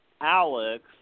Alex